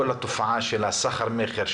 כל התופעה של הסחר-מכר,